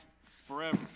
forever